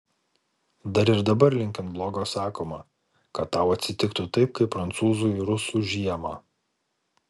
dar ir dabar linkint blogo sakoma kad tau atsitiktų taip kaip prancūzui rusų žiemą